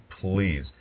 Please